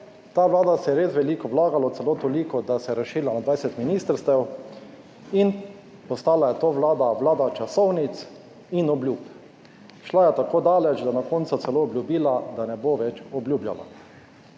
ta Vlada se je res veliko vlagalo, celo toliko, da se je razširila na 20 ministrstev in postala je to Vlada, vlada časovnic in obljub, šla je tako daleč, da na koncu celo obljubila, da ne bo več obljubljala.